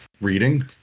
reading